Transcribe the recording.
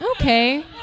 okay